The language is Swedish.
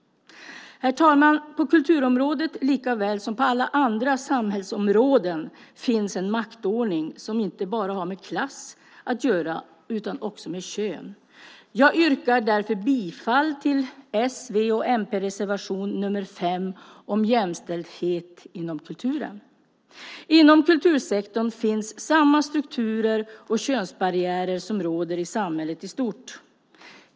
Herr talman! På kulturområdet likaväl som på alla andra samhällsområden finns en maktordning som inte bara har med klass att göra utan också med kön. Jag yrkar därför bifall till s-, v och mp-reservation nr 5 om jämställdhet inom kulturen. Inom kultursektorn finns samma strukturer och könsbarriärer som råder i samhället i stort.